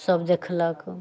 सभ देखलक